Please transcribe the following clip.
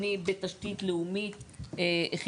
ההסתייגות לא התקבלה.